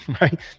right